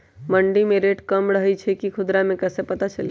मंडी मे रेट कम रही छई कि खुदरा मे कैसे पता चली?